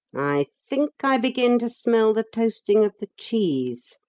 i think i begin to smell the toasting of the cheese.